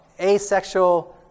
asexual